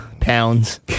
pounds